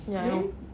ya I know